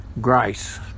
Grace